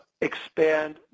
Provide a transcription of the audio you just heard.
expand